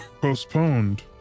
postponed